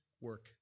work